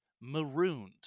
marooned